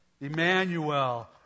Emmanuel